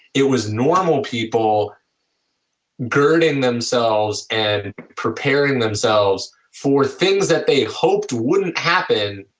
it was normal people guarding themselves and preparing themselves for things that they hoped wouldn't happen,